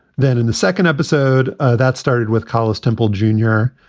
then in the second episode that started with college temple junior,